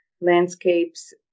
landscapes